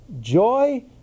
Joy